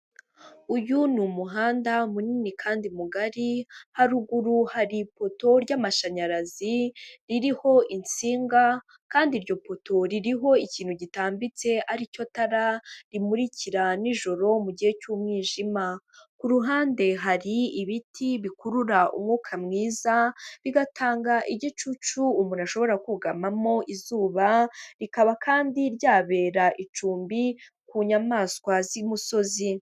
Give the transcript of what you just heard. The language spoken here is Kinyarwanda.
Uyu ni umuhanda munini kandi mugari, haruguru hari ipoto ry'amashanyarazi ririho insinga kandi iryo poto ririho ikintu gitambitse ari cyo tara, rimurikira nijoro mu gihe cy'umwijima. Ku ruhande hari ibiti bikurura umwuka mwiza, bigatanga igicucu umuntu ashobora kugamamo izuba, bikaba kandi byabera icumbi ku nyamaswa z'imusozi.